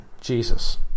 Jesus